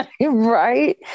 Right